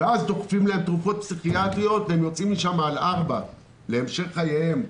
ואז דוחפים להם תרופות פסיכיאטריות והם יוצאים משם על ארבע להמשך חייהם.